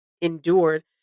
endured